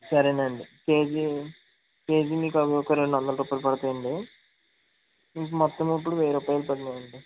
సరే అండి KG KG మీకు అవి ఒక రెండు వందలు రూపాయలు పడుతాయండి మీకు మొత్తం ఇప్పుడు వెయ్యి రూపాయలు పడినాయి అండి